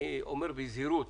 אני אומר בזהירות,